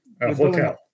Hotel